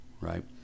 right